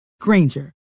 Granger